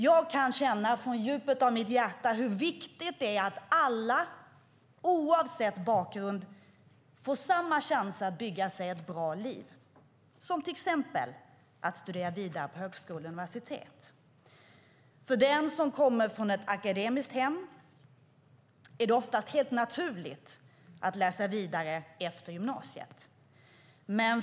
Jag kan känna från djupet av mitt hjärta hur viktigt det är att alla, oavsett bakgrund, får samma chans att bygga sig ett bra liv, till exempel genom att studera vidare på högskola och universitet. För den som kommer från ett akademiskt hem är det ofta helt naturligt att läsa vidare efter gymnasiet.